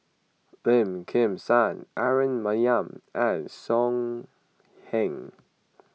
Lim Kim San Aaron Maniam and So Heng